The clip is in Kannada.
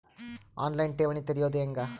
ಆನ್ ಲೈನ್ ಠೇವಣಿ ತೆರೆಯೋದು ಹೆಂಗ?